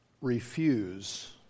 refuse